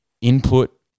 input